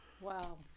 wow